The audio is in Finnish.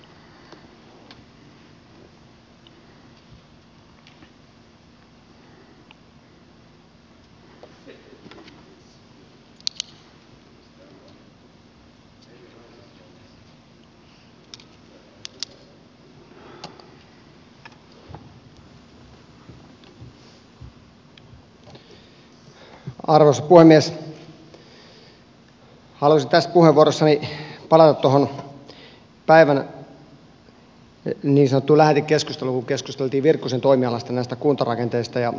haluaisin tässä puheenvuorossani palata tuohon päivän niin sanottuun lähetekeskusteluun kun keskusteltiin virkkusen toimialasta näistä kuntarakenteista